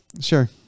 sure